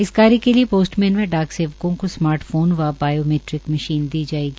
इस कार्य के लिए पोस्टमैन व डाक सेवकों को स्मार्ट फोन व बायोमैट्रिक मशीन दी जायेगी